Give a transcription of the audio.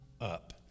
up